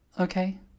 okay